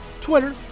Twitter